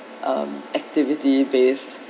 um activity based